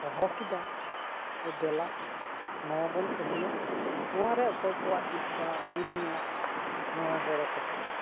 ᱦᱚᱦᱚᱠᱮᱫᱟ ᱫᱮᱞᱟ ᱱᱚᱣᱟ ᱵᱚᱱ ᱠᱟᱹᱢᱤᱭᱟ ᱱᱚᱣᱟᱨᱮ ᱚᱠᱚᱭ ᱠᱚᱣᱟᱜ ᱪᱮᱫ ᱞᱮᱠᱟ ᱵᱩᱡᱽ ᱢᱮᱱᱟᱜᱼᱟ ᱱᱚᱣᱟ ᱜᱚᱲᱚ ᱥᱚᱯᱚᱦᱚᱫ